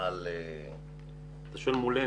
על --- אתה שואל מולנו?